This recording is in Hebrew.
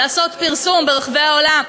לעשות פרסום ברחבי העולם,